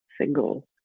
single